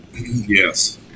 Yes